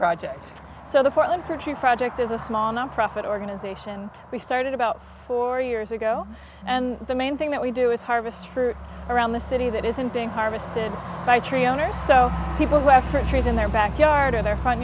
project so the portland for tree project is a small nonprofit organization we started about four years ago and the main thing that we do is harvest for around the city that isn't being harvested by tree owners so people who after trees in their backyard or their front